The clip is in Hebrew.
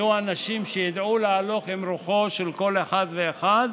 יהיו אנשים שידעו להלוך עם רוחו של כל אחד ואחד.